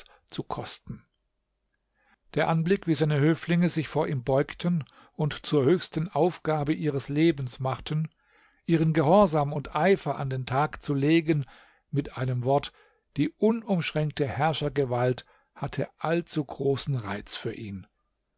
zu kosten der anblick wie seine höflinge sich vor ihm beugten und zur höchsten aufgabe ihres lebens machten ihren gehorsam und eifer an den tag zu legen mit einem wort die unumschränkte herrschergewalt hatte allzu großen reiz für ihn